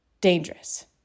dangerous